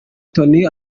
tony